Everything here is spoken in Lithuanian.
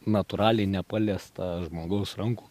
natūraliai nepaliestą žmogaus rankų